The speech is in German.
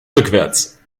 rückwärts